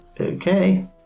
Okay